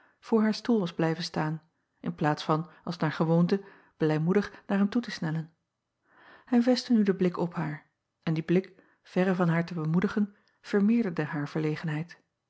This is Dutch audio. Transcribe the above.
voor haar stoel was blijven staan in plaats van als naar gewoonte blijmoedig naar hem toe te snellen ij vestte nu den blik op haar en die blik verre van haar te bemoedigen vermeerderde haar